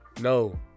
No